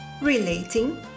Relating